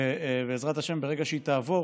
ובעזרת השם, ברגע שהיא תעבור,